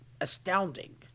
astounding